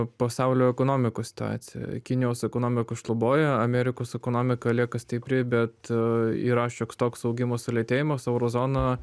pasaulio ekonomikos situacija kinijos ekonomika šlubuoja amerikos ekonomika lieka stipri bet yra šioks toks augimo sulėtėjimas euro zona